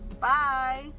Bye